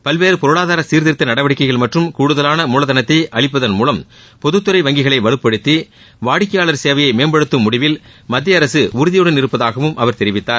பல்வேறு பொருளாதார சீர்திருத்த நடவடிக்கைகள் மற்றும் கூடுதலான மூலதனத்தை அளிப்பதன் மூலம் பொதுத்துறை வங்கிகளை வலுப்படுத்தி வாடிக்கையாளர் சேவையை மேம்படுத்தும் முடிவில் மத்தியஅரசு உறுதியுடன் இருப்பதாகவும் அவர் தெரிவித்தார்